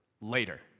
later